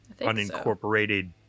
unincorporated